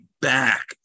back